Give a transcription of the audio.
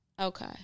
Okay